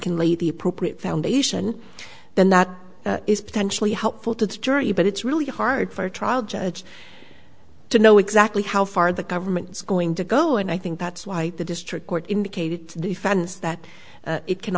can lay the appropriate foundation then that is potentially helpful to the jury but it's really hard for a trial judge to know exactly how far the government's going to go and i think that's why the district court indicated the fans that it can